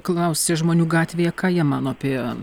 klausė žmonių gatvėje ką jie mano apie